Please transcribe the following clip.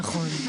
נכון.